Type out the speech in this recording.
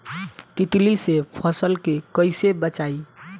तितली से फसल के कइसे बचाई?